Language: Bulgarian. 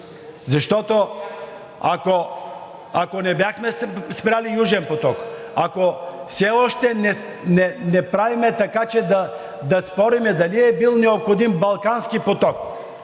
Защото, ако не бяхме спрели Южен поток, ако все още не правим така, че да спорим дали е бил необходим Балкански поток,